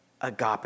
agape